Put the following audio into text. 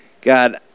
God